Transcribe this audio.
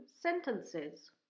sentences